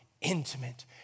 intimate